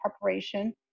preparation